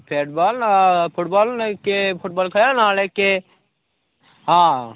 bat ball football ନହେଲେ ନାଇଁ କେ ଫୁଟବଲ୍ ଖେଳିବ ନହେଲେ ନାଇଁ କେ ହଁ